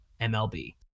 MLB